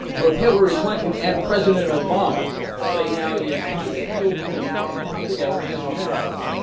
both hillary clinton and president obama say now it is time to heal the wounds and come together as americans.